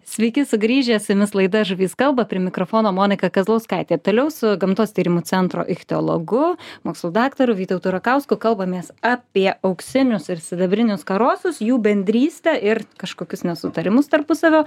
sveiki sugrįžę su jumis laida žuvys kalba prie mikrofono monika kazlauskaitė toliau su gamtos tyrimų centro ichtiologu mokslų daktaru vytautu rakausku kalbamės apie auksinius ir sidabrinius karosus jų bendrystę ir kažkokius nesutarimus tarpusavio